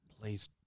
please